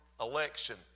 Election